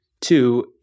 Two